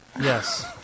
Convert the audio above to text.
Yes